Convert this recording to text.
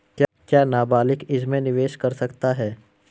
क्या नाबालिग इसमें निवेश कर सकता है?